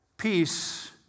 Peace